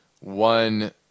one